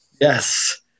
Yes